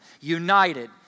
United